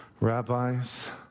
rabbis